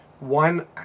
One